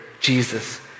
Jesus